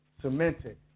cemented